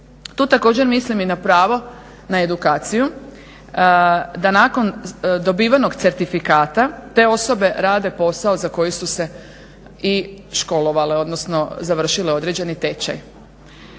Tu također mislim i na pravo na edukaciju, da nakon dobivenog certifikata te osobe rade posao za koji su se i školovale, odnosno završile određeni tečaj.